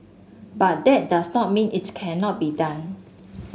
but that does not mean it cannot be done